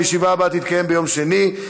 הישיבה הבאה תתקיים ביום שני,